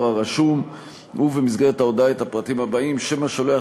הרשום ובמסגרת ההודעה את הפרטים הבאים: שם השולח,